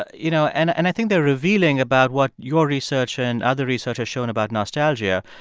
you know. and and i think they're revealing about what your research and other research has shown about nostalgia.